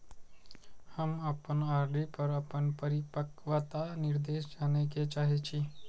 हम अपन आर.डी पर अपन परिपक्वता निर्देश जाने के चाहि छी